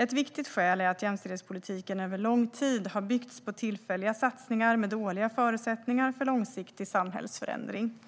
Ett viktigt skäl är att jämställdhetspolitiken över lång tid har byggts på tillfälliga satsningar med dåliga förutsättningar för långsiktig samhällsförändring.